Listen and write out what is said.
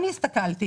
אני הסתכלתי